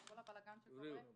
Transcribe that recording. עם כל הבלגן שקורה.